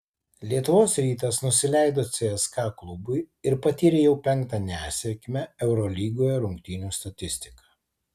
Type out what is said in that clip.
lietuvos rytas nusileido cska klubui ir patyrė jau penktą nesėkmę eurolygoje rungtynių statistika